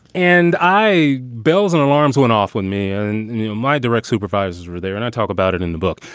and i. bells and alarms went off when me and you know my direct supervisors were there. and i talk about it in the book.